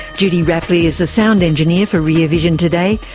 judy rapley is the sound engineer for rear vision today.